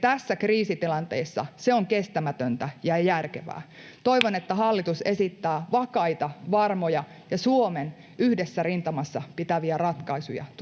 Tässä kriisitilanteessa se on kestämätöntä ja järjetöntä. Toivon, että hallitus esittää vakaita, varmoja ja Suomen yhdessä rintamassa pitäviä ratkaisuja tulevien